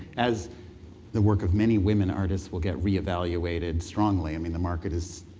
as the work of many women artists will get reevaluated strongly, i mean the market is,